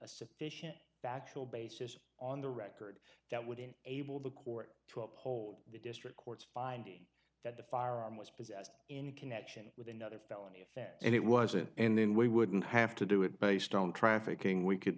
a sufficient factual basis on the record that would in able the court to uphold the district court's finding that the firearm was possessed in connection with another felony if that it was it and then we wouldn't have to do it based on trafficking we could